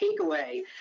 takeaway